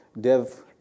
Dev